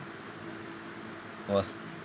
I was